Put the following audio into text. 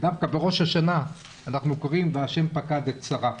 דווקא בראש השנה אנחנו קוראים 'והשם פקד את שרה'.